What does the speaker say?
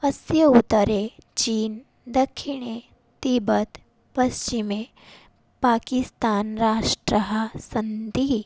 अस्य उत्तरे चीन् दक्षिणे तिबत् पश्चिमे पाकिस्तान् राष्ट्राः सन्तिः